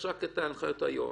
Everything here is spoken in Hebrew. יש רק את הנחיות היועמ"ש.